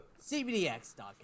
CBDX.com